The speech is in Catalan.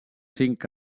cinc